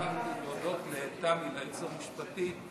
אני רוצה להודות לתמי, לייעוץ המשפטי.